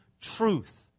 truth